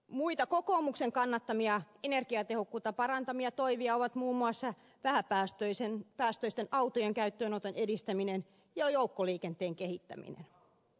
muita kokoomuksen kannattamia energiatehokkuutta parantavia toimia ovat muun muassa vähäpäästöisten autojen käyttöönoton edistäminen ja joukkoliikenteen kehittäminen